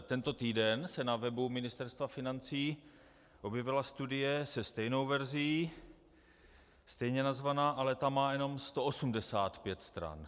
Tento týden se na webu Ministerstva financí objevila studie se stejnou verzí, stejně nazvaná, ale ta má jenom 185 stran.